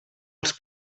els